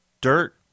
Dirt